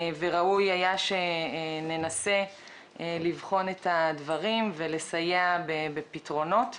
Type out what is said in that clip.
וראוי היה שננסה לבחון את הדברים ולסייע בפתרונות.